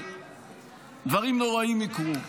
ודברים נוראיים יקרו.